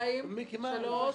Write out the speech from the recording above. סליחה.